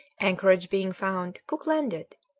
anchorage being found, cook landed,